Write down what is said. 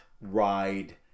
ride